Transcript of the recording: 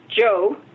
Joe